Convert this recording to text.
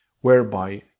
whereby